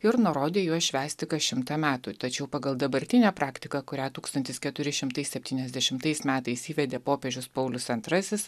ir nurodė juos švęsti kas šimtą metų tačiau pagal dabartinę praktiką kurią tūkstantis keturi šimtai septyniasdešimtais metais įvedė popiežius paulius antrasis